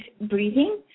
breathing